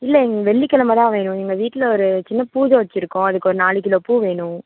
இல்லை வெள்ளிக்கிழம தான் வேணும் எங்கள் வீட்டில ஒரு சின்ன பூஜை வச்சிருக்கோம் அதுக்கு ஒரு நாலு கிலோப் பூ வேணும்